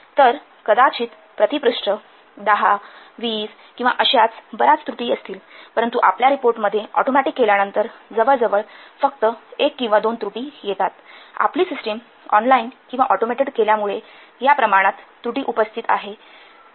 तर कदाचित प्रति पृष्ठ १० २० किंवा अश्याच बर्याच त्रुटी असतील परंतु आपल्या रिपोर्टमध्ये ऑटोमॅटिक केल्यानंतर जवळजवळ फक्त एक किंवा दोन त्रुटी येत आहेत आपली सिस्टम ऑनलाइन किंवा ऑटोमेटेड केल्यामुळे या प्रमाणात त्रुटी उपस्थित आहे स्वयंचलित